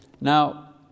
Now